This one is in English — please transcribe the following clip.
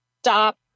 stop